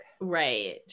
right